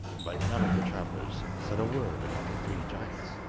but none of the travellers said a word about the three giants.